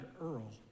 Earl